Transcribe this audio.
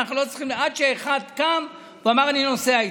עד שאחד קם ואמר: אני נוסע איתך.